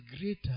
greater